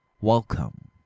Welcome